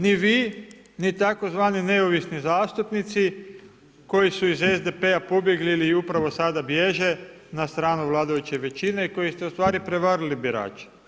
Ni vi ni tzv. neovisni zastupnici koji su iz SDP-a pobjegli ili upravo sada bježe na stranu vladajuće većine i koji su ustvari prevarili birače.